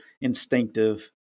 instinctive